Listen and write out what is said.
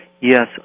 Yes